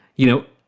you know,